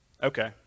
Okay